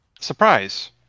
surprise